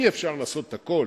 אי-אפשר לעשות הכול,